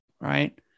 right